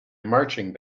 marching